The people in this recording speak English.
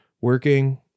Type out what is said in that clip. working